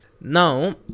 Now